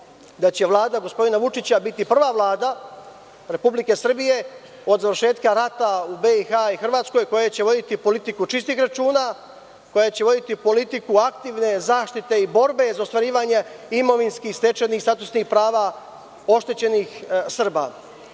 da će Vlada gospodina Vučića biti prva Vlada Republike Srbije od završetka rata u BiH i Hrvatskoj koja će voditi politiku čistih računa, koja će voditi politiku aktivne zaštite i borbe za ostvarivanje imovinski stečenih i statusnih prava oštećenih Srba.